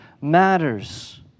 matters